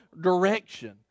direction